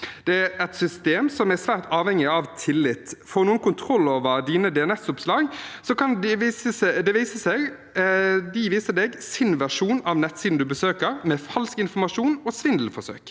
Det er et system som er svært avhengig av tillit. Får noen kontroll over dine DNS-oppslag, kan de vise deg sin versjon av nettsiden du besøker, med falsk informasjon og svindelforsøk.